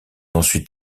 ensuite